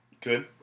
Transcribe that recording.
Good